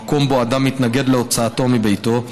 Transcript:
במקום שבו אדם מתנגד להוצאתו מביתו,